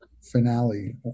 finale